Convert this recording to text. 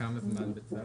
לכמה זמן בצו?